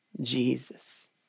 Jesus